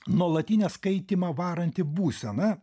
nuolatinė skaitymą varanti būsena